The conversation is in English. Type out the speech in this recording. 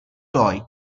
toys